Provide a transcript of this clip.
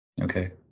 Okay